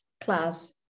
class